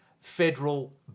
federal